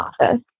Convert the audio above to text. office